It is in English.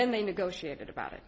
then they negotiated about it